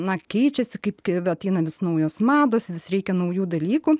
na keičiasi kaip k va ateina vis naujos mados vis reikia naujų dalykų